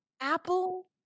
apple